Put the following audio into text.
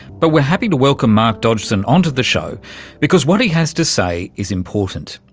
but we're happy to welcome mark dodgson onto the show because what he has to say is important.